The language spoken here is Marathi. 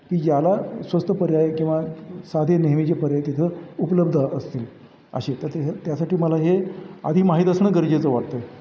की ज्याला स्वस्त पर्याय किंवा साधे नेहमीचे पर्याय तिथं उपलब्ध असतील असे तर ते त्यासाठी मला हे आधी माहीत असणं गरजेचं वाटतं आहे